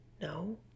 no